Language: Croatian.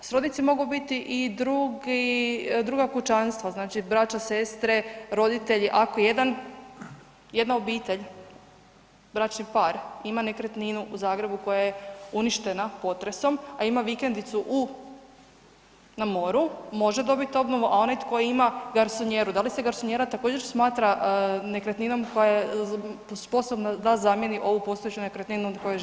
Srodnici mogu biti i druga kućanstva, znači braća, sestre, roditelji ako jedna obitelj bračni par ima nekretninu u Zagrebu koja je uništena potresom, a ima vikendicu na moru može dobiti obnovu, a onaj tko ima garsonjeru, da li se garsonjera također smatra nekretninom koja je sposobna da zamjeni ovu postojeću nekretninu od koje živi?